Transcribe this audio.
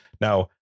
now